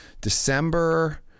December